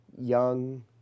young